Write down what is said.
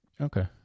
Okay